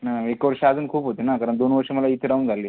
ना एक वर्ष अजून खूप होते ना कारण दोन वर्षं मला इथे राहून झाले